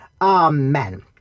Amen